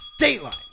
Dateline